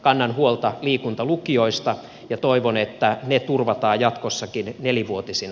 kannan huolta liikuntalukioista ja toivon että ne turvataan jatkossakin nelivuotisen